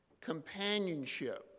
companionship